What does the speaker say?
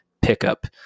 pickup